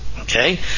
Okay